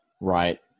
Right